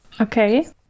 Okay